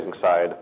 side